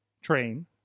train